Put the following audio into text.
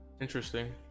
Interesting